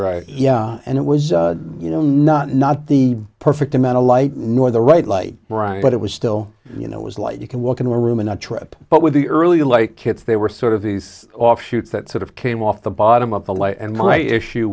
right yeah and it was you know not not the perfect amount of light nor the right light but it was still you know it was light you can walk into a room in a trip but with the early like kids they were sort of these offshoots that sort of came off the bottom of the line and my issue